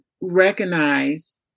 recognize